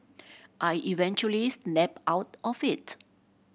I eventually snapped out of it